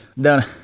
Done